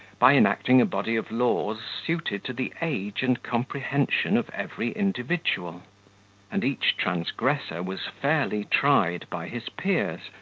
by enacting a body of laws suited to the age and comprehension of every individual and each transgressor was fairly tried by his peers,